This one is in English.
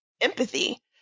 empathy